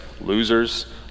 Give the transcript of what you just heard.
losers